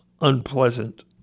unpleasant